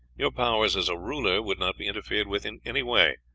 your powers as a ruler would not be interfered with in any way,